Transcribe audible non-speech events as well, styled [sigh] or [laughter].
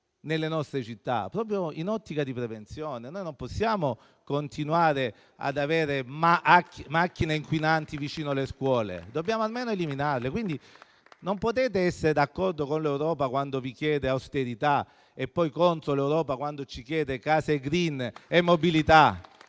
nelle nostre città, proprio in un'ottica di prevenzione. Non possiamo continuare ad avere macchine inquinanti vicino alle scuole, dobbiamo almeno eliminarle. [applause] Non potete essere d'accordo con l'Europa quando vi chiede austerità e poi contro l'Europa quando ci chiede case *green* e mobilità